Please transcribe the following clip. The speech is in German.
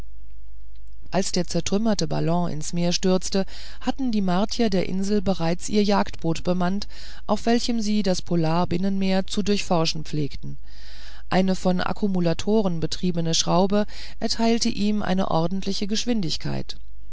als der zertrümmerte ballon ins meer stürzte hatten die martier der insel bereits ihr jagdboot bemannt auf welchem sie das polarbinnenmeer zu durchforschen pflegten eine von akkumulatoren getriebene schraube erteilte ihm eine außerordentliche geschwindigkeit